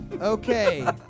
Okay